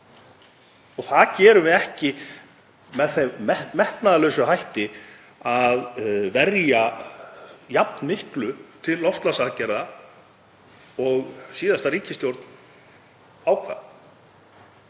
og það gerum við ekki með þeim metnaðarlausa hætti að verja jafn miklu til loftslagsaðgerða og síðasta ríkisstjórn ákvað.